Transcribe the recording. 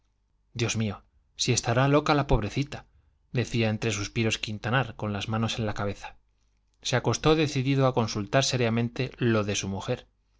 dios mío si estará loca la pobrecita decía entre suspiros quintanar con las manos en la cabeza se acostó decidido a consultar seriamente lo de su mujer